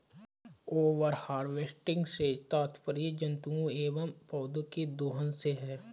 over harvesting से तात्पर्य जंतुओं एंव पौधौं के दोहन से है